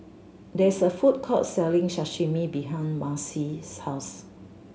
there is a food court selling Sashimi behind Marcy's house